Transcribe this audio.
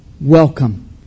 Welcome